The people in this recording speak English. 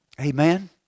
Amen